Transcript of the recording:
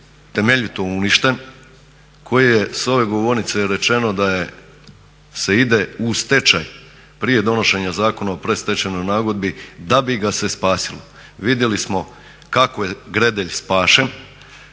temeljito uništen, koji je s ove govornice je rečeno da se ide u stečaj prije donošenja Zakona o predstečajnoj nagodbi da bi ga se spasilo. Vidjeli smo kako je Gredelj spašen,